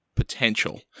potential